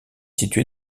situé